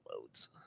modes